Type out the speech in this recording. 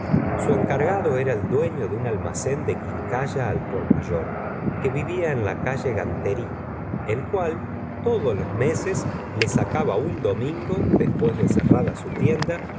su encargado era el dueño de un almacén de quincalla al por mayor que vivía en la calle ganterie el cual todos los meses le sacaba un domingo ee gustavo flaubert después de cerrada su tienda